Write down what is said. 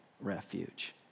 refuge